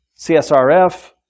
CSRF